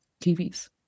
TVs